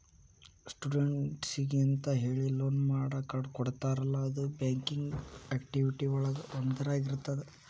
ಸ್ಟೂಡೆಂಟ್ಸಿಗೆಂತ ಹೇಳಿ ಲೋನ್ ಕೊಡ್ತಾರಲ್ಲ ಅದು ಬ್ಯಾಂಕಿಂಗ್ ಆಕ್ಟಿವಿಟಿ ಒಳಗ ಒಂದಾಗಿರ್ತದ